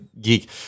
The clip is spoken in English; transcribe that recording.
geek